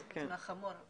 היה חמור.